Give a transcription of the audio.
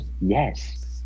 Yes